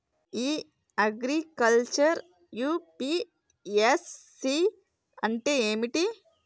ఇ agriculture UPSC అంటే ఏమిటి?